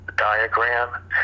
diagram